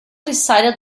decided